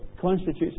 constitutes